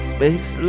Space